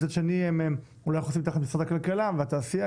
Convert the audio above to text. מצד שני הם אולי חוסים תחת משרד הכלכלה והתעשייה,